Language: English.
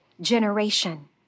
generation